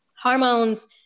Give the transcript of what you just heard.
hormones